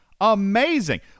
amazing